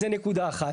זה נקודה אחת.